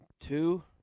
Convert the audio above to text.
two